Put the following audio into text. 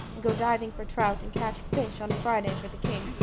and go diving for trout and catch fish on a friday for the king,